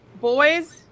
Boys